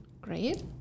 great